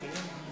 אם כן,